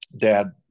dad